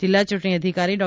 જિલ્લા ચૂંટણી અધિકારી ડો